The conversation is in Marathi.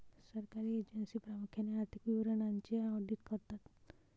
सरकारी एजन्सी प्रामुख्याने आर्थिक विवरणांचे ऑडिट करतात